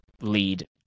lead